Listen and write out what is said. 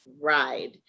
ride